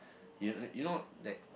you you know like